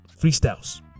freestyles